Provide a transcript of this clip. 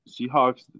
Seahawks